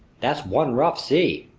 that's one rough sea!